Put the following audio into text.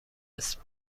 اسم